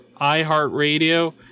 iHeartRadio